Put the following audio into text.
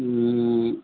ਹੁੰ ਹੁੰ